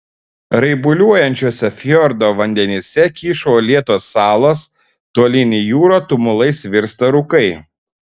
raibuliuojančiuose fjordo vandenyse kyšo uolėtos salos tolyn į jūrą tumulais virsta rūkai